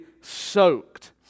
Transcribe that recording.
soaked